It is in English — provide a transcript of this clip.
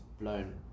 blown